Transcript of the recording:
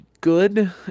good